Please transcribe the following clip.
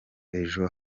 ejo